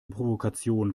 provokation